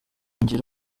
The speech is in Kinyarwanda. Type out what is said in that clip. ngira